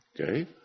Okay